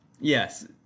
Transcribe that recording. Yes